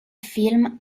film